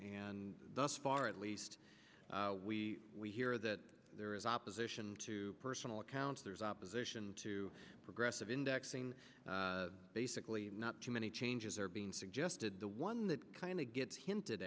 and thus far at least we we hear that there is opposition to personal accounts there's opposition to progressive indexing basically not too many changes are being suggested the one that kind of gets hinted